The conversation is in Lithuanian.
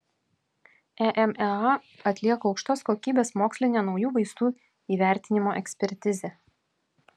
emea atlieka aukštos kokybės mokslinę naujų vaistų įvertinimo ekspertizę